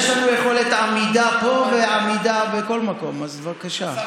יש לנו יכולת עמידה פה ועמידה בכל מקום, אז בבקשה.